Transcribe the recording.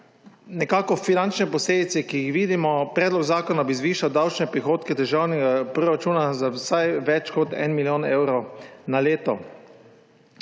evrov. Finančne posledice, ki jih vidimo. Predlog zakona bi zvišal davčne prihodke državnega proračuna za vsaj več kot 1 milijon evrov na leto.